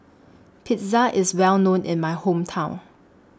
Pizza IS Well known in My Hometown